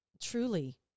truly